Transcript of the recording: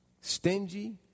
stingy